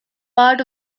part